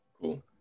cool